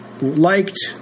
liked